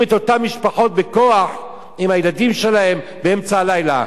את אותן משפחות בכוח עם הילדים שלהן באמצע הלילה,